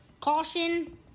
Caution